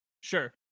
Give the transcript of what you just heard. Sure